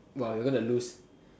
!wah! you're gonna lose